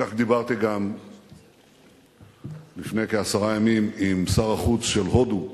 כך דיברתי גם לפני כעשרה ימים עם שר החוץ של הודו,